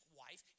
wife